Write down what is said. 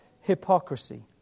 hypocrisy